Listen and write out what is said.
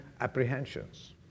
apprehensions